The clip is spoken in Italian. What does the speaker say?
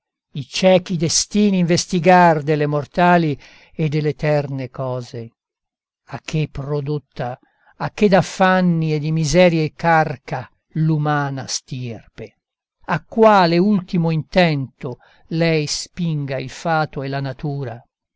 i ciechi destini investigar delle mortali e dell'eterne cose a che prodotta a che d'affanni e di miserie carca l'umana stirpe a quale ultimo intento lei spinga il fato e la natura